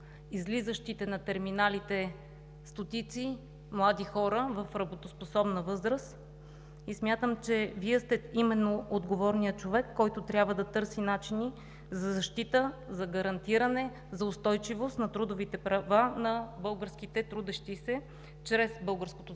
излизащите на терминалите стотици млади хора в работоспособна възраст, смятам, че именно Вие сте отговорният човек, който трябва да търси начини за защита, за гарантиране, за устойчивост на трудовите права на българските трудещи се чрез българското законодателство